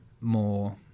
more